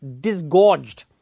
disgorged